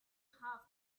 have